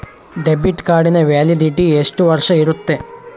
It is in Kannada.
ಡೆಬಿಟ್ ಕಾರ್ಡಿನ ವ್ಯಾಲಿಡಿಟಿ ಎಷ್ಟು ವರ್ಷ ಇರುತ್ತೆ?